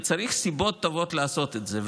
וצריך סיבות טובות לעשות את זה.